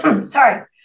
sorry